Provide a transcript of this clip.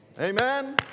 Amen